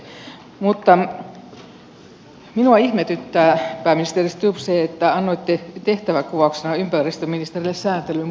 mutta minua ihmetyttää pääministeri stubb että annoitte tehtävänkuvauksena ympäristöministerille sääntelyn purun